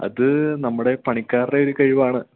അത് നമ്മുടെ പണിക്കാരുടെ ഒരു കഴിവാണ്